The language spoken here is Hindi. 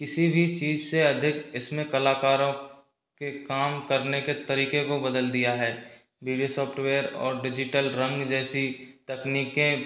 किसी भी चीज़ से अधिक इसमें कलाकारों के काम करने के तरीके को बदल दिया है वीडियो सॉफ्टवेयर और डिजिटल रंग जैसी तकनीकें